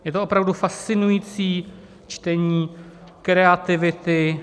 Je to opravdu fascinující čtení kreativity.